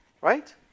right